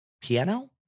Piano